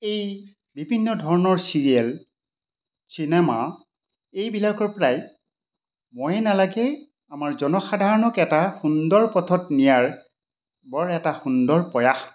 এই বিভিন্ন ধৰণৰ চিৰিয়েল চিনেমা এইবিলাকৰ পৰাই ময়ে নালাগেই আমাৰ জনসাধাৰণক এটা সুন্দৰ পথত নিয়াৰ বৰ এটা সুন্দৰ প্ৰয়াস